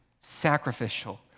sacrificial